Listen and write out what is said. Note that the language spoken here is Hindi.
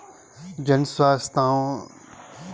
जन स्वास्थ्य सेवाओं को कैसे प्राप्त करें?